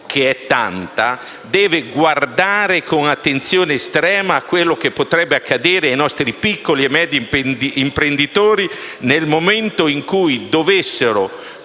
che è tanta - deve guardare con attenzione estrema a quello che potrebbe accadere ai nostri piccoli e medi imprenditori nel momento in cui dovessero